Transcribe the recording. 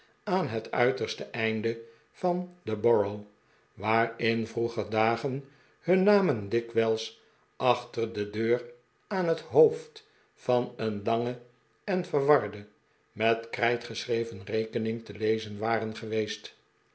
aan het uiterste einde van de borough waar in vroeger dagen hun namen dikwijls achter de deur aan het hoofd van een lange en verwarde met krijt geschreven rekening te lezen waren geweest